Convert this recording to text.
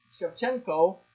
Shevchenko